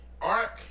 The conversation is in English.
Ark